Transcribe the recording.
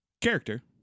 Character